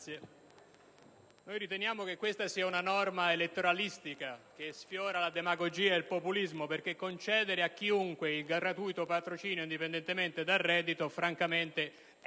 riteniamo che questa sia una norma elettoralistica, che sfiora la demogagia ed il populismo: concedere a chiunque il gratuito patrocinio indipendentemente dal reddito francamente è